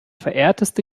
verehrteste